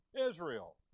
Israel